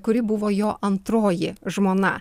kuri buvo jo antroji žmona